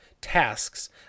tasks